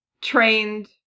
trained